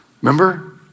Remember